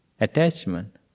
attachment